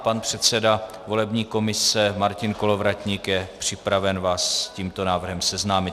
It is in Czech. Pan předseda volební komise Martin Kolovratník je připraven vás s tímto návrhem seznámit.